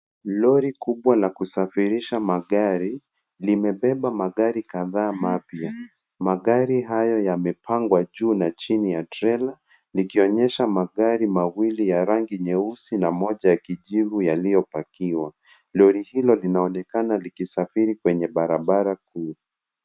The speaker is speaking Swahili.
Lori kubwa la kusafirisha magari, limebeba magari kadhaa mapya. Magari hayo yamepangwa juu na chini ya trela, likionyesha magari mawili ya rangi nyeusi na moja ya kijivu yaliyopakiwa. Lori hiyo linaonekana likisafiri kwenye barabara kuu.